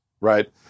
right